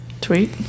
tweet